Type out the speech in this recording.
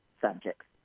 subjects